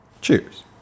Cheers